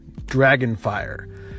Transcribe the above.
Dragonfire